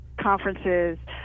conferences